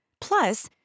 Plus